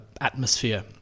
atmosphere